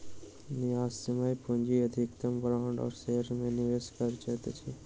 न्यायसम्य पूंजी अधिकतम बांड आ शेयर में निवेश कयल जाइत अछि